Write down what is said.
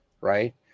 right